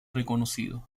reconocido